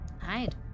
Hide